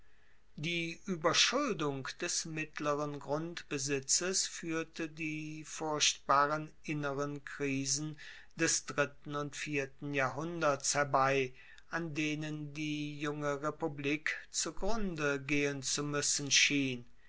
die ueberschuldung des mittleren grundbesitzes fuehrte die furchtbaren inneren krisen des dritten und vierten jahrhunderts herbei an denen die junge republik zugrunde gehen zu muessen schien